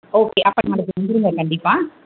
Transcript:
okay அப்போ நாளைக்கு வந்துடுங்க கண்டிப்பாக